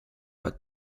but